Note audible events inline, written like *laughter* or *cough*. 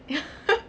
*laughs*